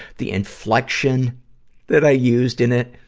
the inflection that i used in it.